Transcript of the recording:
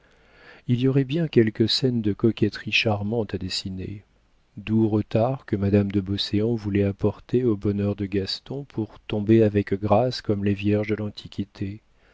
il y aurait bien quelques scènes de coquetterie charmantes à dessiner doux retards que madame de beauséant voulait apporter au bonheur de gaston pour tomber avec grâce comme les vierges de l'antiquité